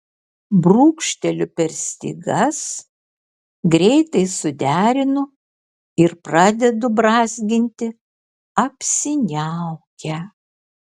brūkšteliu per stygas greitai suderinu ir pradedu brązginti apsiniaukę